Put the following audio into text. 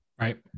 Right